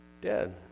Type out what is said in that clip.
dead